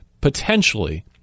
potentially